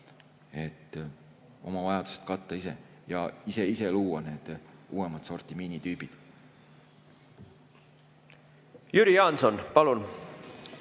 oma vajadused ise katta ja ise luua need uuemat sorti miinitüübid. Jüri Jaanson, palun!